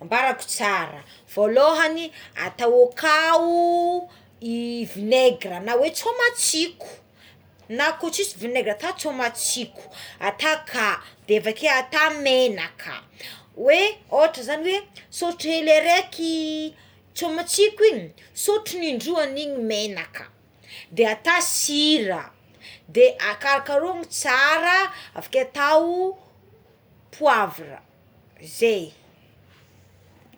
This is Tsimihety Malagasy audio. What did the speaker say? ambarako tsara voalohagny atao akao i viegra na hoe tsôha matsiko na ko tsy misy vinaigre atao tsôha matsiko ataka de avekeo de atao menaka hoe ohatra zagny hoe sotro hely araiky tsôha matsiko igny sotro indroa an'igny ny menaka de atao sira de karokarogna tsara avekeo atao poavra zegny.